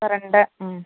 current മ്